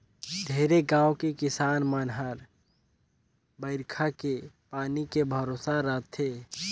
ढेरे गाँव के किसान मन हर बईरखा के पानी के भरोसा रथे